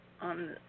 on